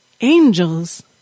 Angels